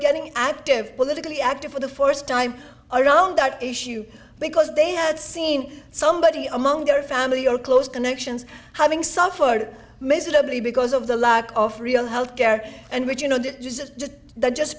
getting active politically active for the first time around that issue because they had seen somebody among their family or close connections having suffered miserably because of the lack of real health care and which you know that the just